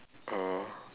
oh